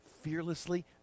fearlessly